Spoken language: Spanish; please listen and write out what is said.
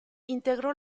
integró